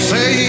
Say